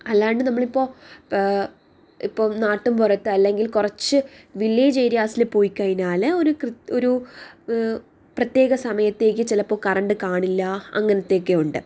അല്ലാണ്ട് നമ്മളിപ്പോൾ ഇപ്പം നാട്ടും പുറത്ത് അല്ലെങ്കിൽ കുറച്ച് വില്ലേജ് ഏരിയാസില് പോയ്കഴിഞ്ഞാല് ഒരു ഒരു പ്രത്യേക സമയത്തേക്ക് ചിലപ്പോൾ കറണ്ട് കാണില്ല അങ്ങനത്തെയൊക്കെ ഉണ്ട്